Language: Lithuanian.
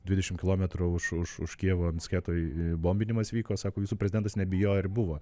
dvidešim kilometrų už už už kijevo nisketoj bombinimas vyko sako jūsų prezidentas nebijojo ir buvo